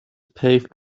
paved